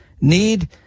need